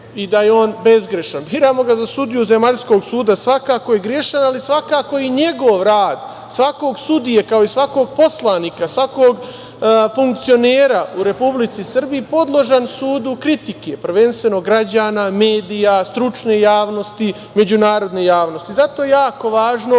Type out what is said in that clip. i da je on bezgrešan, biramo ga za sudiju zemaljskog suda, svakako je grešan, ali svakako je njegov rad, svakog sudije, kao i svakog poslanika, svakog funkcionera u Republici Srbiji podložan sudu kritike, prvenstveno građana, medija, stručne javnosti, međunarodne javnosti. Zato je jako važno